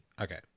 Okay